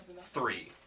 three